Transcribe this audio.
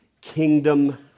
kingdom